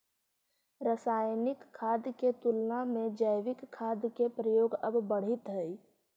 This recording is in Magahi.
रासायनिक खाद के तुलना में जैविक खाद के प्रयोग अब बढ़ित हई